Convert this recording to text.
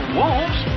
wolves